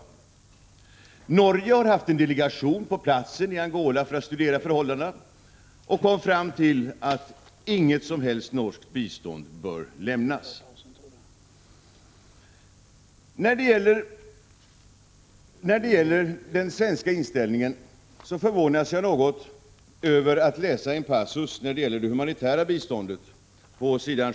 y Norge har haft en delegation på plats i Angola för att studera förhållandena, och man kom fram till att inget som helst norskt bistånd bör lämnas. När det gäller den svenska inställningen förvånas jag något över att läsa en passus på s.